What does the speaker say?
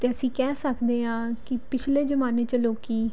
ਅਤੇ ਅਸੀਂ ਕਹਿ ਸਕਦੇ ਹਾਂ ਕਿ ਪਿਛਲੇ ਜ਼ਮਾਨੇ 'ਚ ਲੋਕ